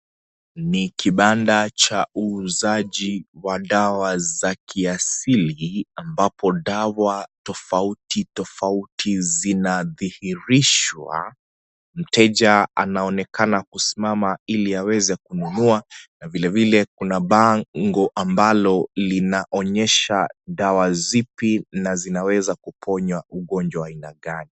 Ni kibanda cha uuzaji wa dawa za kiasili ambapo dawa tofauti tofauti zinadhihirishwa. Mteja anaonekana kusimama ili aweze kununua na vilevile kuna bango ambalo linaonyesha dawa zipi na zinaweza kuponya ugonjwa wa aina gani.